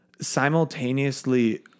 simultaneously